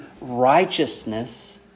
righteousness